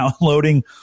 downloading